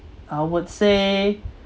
I would say